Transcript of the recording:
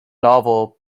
novel